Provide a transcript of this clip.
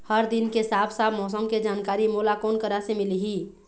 हर दिन के साफ साफ मौसम के जानकारी मोला कोन करा से मिलही?